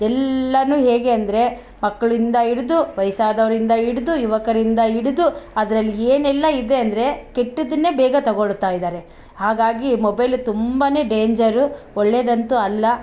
ಎಲ್ಲವೂ ಹೇಗೆ ಅಂದರೆ ಮಕ್ಳಿಂದ ಹಿಡ್ದು ವಯ್ಸಾದವ್ರಿಂದ ಹಿಡ್ದು ಯುವಕರಿಂದ ಹಿಡ್ದು ಅದ್ರಲ್ಲಿ ಏನೆಲ್ಲ ಇದೆ ಅಂದರೆ ಕೆಟ್ಟದನ್ನೇ ಬೇಗ ತೊಗೊಳ್ತಾಯಿದ್ದಾರೆ ಹಾಗಾಗಿ ಮೊಬೈಲು ತುಂಬಾನೇ ಡೇಂಜರು ಒಳ್ಳೇದಂತೂ ಅಲ್ಲ